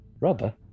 Rubber